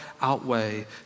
outweigh